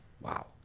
Wow